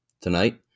Tonight